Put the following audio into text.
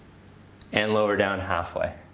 and lower down half way.